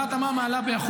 --- העלאת המע"מ, עולה ב-1%.